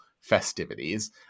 festivities